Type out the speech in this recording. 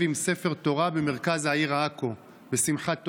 עם ספר תורה במרכז העיר עכו בשמחת תורה.